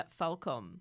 Falcom